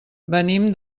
venim